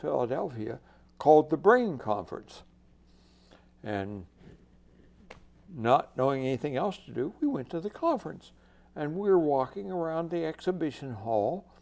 philadelphia called the brain converts and not knowing anything else to do we went to the conference and we were walking around the